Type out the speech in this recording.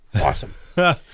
Awesome